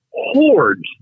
hordes